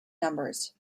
numbers